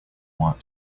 want